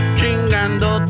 Chingando